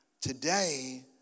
Today